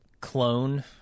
clone